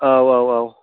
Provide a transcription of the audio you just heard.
औ औ औ